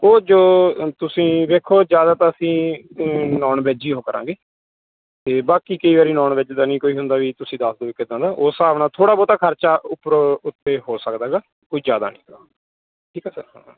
ਉਹ ਜੋ ਤੁਸੀਂ ਵੇਖੋ ਜ਼ਿਆਦਾ ਤਾਂ ਅਸੀਂ ਨੋਨ ਵੈੱਜ ਹੀ ਉਹ ਕਰਾਂਗੇ ਅਤੇ ਬਾਕੀ ਕਈ ਵਾਰੀ ਨੋਨ ਵੈੱਜ ਦਾ ਨਹੀਂ ਕੋਈ ਹੁੰਦਾ ਵੀ ਤੁਸੀਂ ਦੱਸ ਦਿਓ ਵੀ ਕਿੱਦਾਂ ਦਾ ਉਸ ਹਿਸਾਬ ਨਾਲ ਥੋੜ੍ਹਾ ਬਹੁਤਾ ਖਰਚਾ ਉੱਪਰ ਉੱਤੇ ਹੋ ਸਕਦਾ ਹੈਗਾ ਕੋਈ ਜ਼ਿਆਦਾ ਨਹੀਂ ਗਾ ਠੀਕ ਹੈ ਸਰ ਹਾਂ